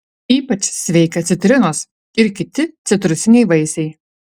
ypač sveika citrinos ir kiti citrusiniai vaisiai